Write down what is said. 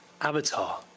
Avatar